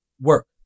work